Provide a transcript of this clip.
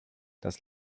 das